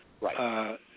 Right